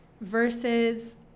versus